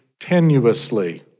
tenuously